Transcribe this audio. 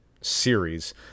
series